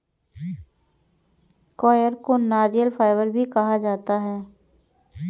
coir को नारियल fibre भी कहा जाता है